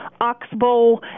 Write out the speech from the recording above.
Oxbow